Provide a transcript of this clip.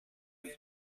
was